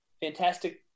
Fantastic